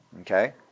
Okay